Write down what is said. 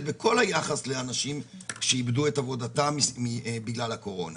בכל היחס לאנשים שאיבדו את עבודתם בגלל הקורונה,